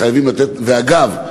אגב,